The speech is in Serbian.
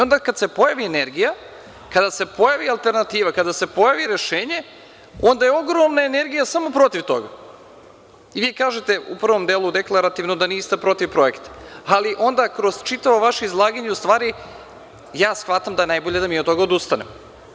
Onda, kada se pojavi energija, kada se pojavi alternativa, kada se pojavi rešenje, onda je ogromna energija samo protiv toga i vi kažete u prvom delu, deklarativno da niste protiv projekta, ali onda kroz čitavo vaše izlaganje, u stvari ja shvatam da je najbolje da mi od toga odustanemo.